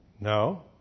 No